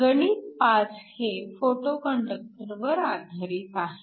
गणित 5 हे फोटोकंडक्टर वर आधारित आहे